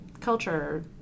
culture